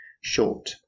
short